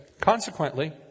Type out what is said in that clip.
Consequently